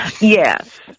Yes